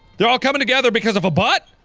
they're all coming together because of a butt!